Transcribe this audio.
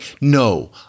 no